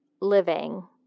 living